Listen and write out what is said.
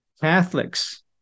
Catholics